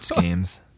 games